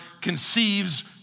conceives